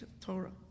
Torah